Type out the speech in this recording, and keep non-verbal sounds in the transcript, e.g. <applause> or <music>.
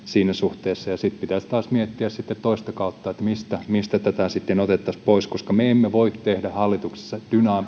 <unintelligible> siinä suhteessa ja sitten pitäisi taas miettiä toista kautta mistä mistä tätä otettaisiin pois koska me emme voi tehdä hallituksessa